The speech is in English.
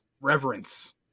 reverence